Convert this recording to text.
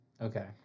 Okay